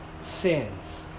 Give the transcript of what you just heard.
sins